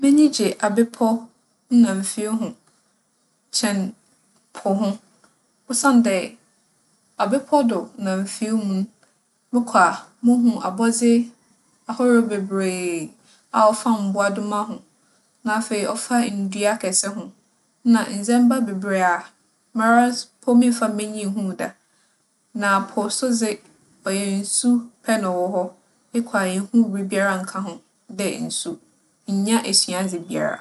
M'enyi gye abepͻ na mfuw ho kyɛn po ho osiandɛ, abepͻ do na mfuw ho no, mokͻ a muhu abͻdze ahorow beberee a ͻfa mbowadoma ho, na afei ͻfa ndua akɛse ho, nna ndzɛmba beberee a mara so mpo memmfaa m'enyi nnhun da. Na po so dze, ͻyɛ nsu pɛr na ͻwͻ hͻ. Ekͻ a innhu biribiara nnka ho dɛ nsu. Innya esuadze biara.